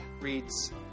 reads